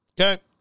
okay